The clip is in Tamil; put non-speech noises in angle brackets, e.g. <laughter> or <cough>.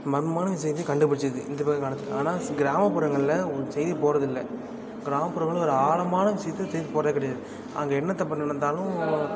மர்மமான விஷயத்தையும் கண்டுபிடிச்சிருது இந்தமாதிரி <unintelligible> ஆனால் கிராமப்புறங்கள்ல ஒரு செய்தியும் போடுறதில்ல கிராமப்புறங்கள்ல ஒரு ஆழமான விஷயத்த செய்தி போடுறது கிடையாது அங்கே என்ன தப்பு நடந்தாலும்